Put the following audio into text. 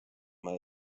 meie